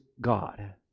God